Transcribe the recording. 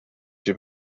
dem